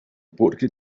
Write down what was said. porque